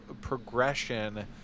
progression